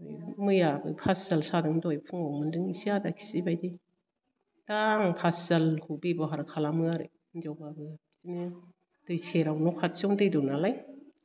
मैया फासिजाल सादों दहाय फुंआव मोनदों एसे आदाकिजिबायदि दा आं फासिजालखौ बेबहार खालामो आरो हिन्जावबाबो बिदिनो दै सेराव न' खाथियाव दै दं नालाय